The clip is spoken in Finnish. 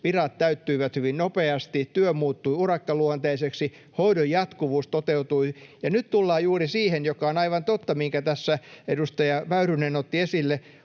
Virat täyttyivät hyvin nopeasti, työ muuttui urakkaluonteiseksi, hoidon jatkuvuus toteutui. Ja nyt tullaan juuri siihen, mikä on aivan totta, minkä tässä edustaja Väyrynen otti esille: